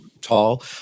tall